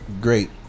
great